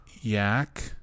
Yak